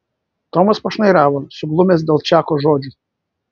tomas pašnairavo suglumęs dėl čako žodžių